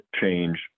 change